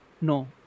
no